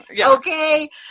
Okay